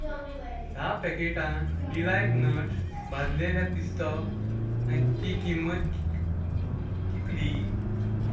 धा पॅकेटां delight nuts भाजलेल्या पिस्ता हांची किंमत कितली